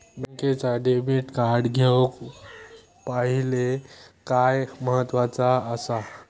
बँकेचा debit card घेउक पाहिले काय महत्वाचा असा?